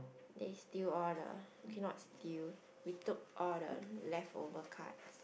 then steal all the okay not steal we took all the leftover cards